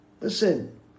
Listen